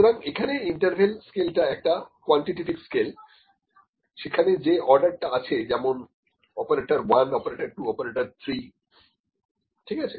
সুতরাং এখানে ইন্টারভেল স্কেলটা একটা কোয়ান্টিটেটিভ স্কেল সেখানে যে অর্ডার টা আছে যেমন অপারেটর 1 অপারেটর 2 অপারেটর 3 ঠিক আছে